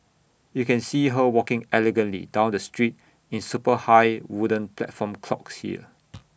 you can see her walking elegantly down the street in super high wooden platform clogs here